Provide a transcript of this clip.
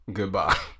goodbye